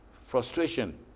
frustration